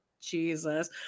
Jesus